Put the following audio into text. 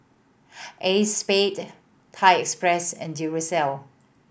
Acexspade Thai Express and Duracell